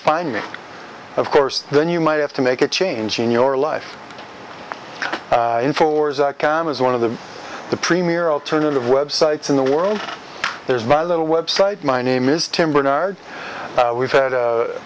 find me of course then you might have to make a change in your life in four cameras one of the the premier alternative websites in the world there's my little website my name is tim barnard we've had